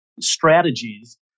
strategies